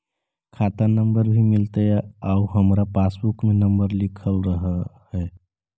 खाता नंबर भी मिलतै आउ हमरा पासबुक में नंबर लिखल रह है?